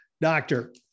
Doctor